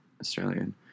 Australian